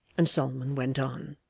and solomon went on